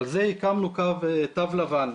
ועל זה הקמנו תו לבן.